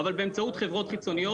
אבל באמצעות חברות חיצוניות,